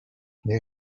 les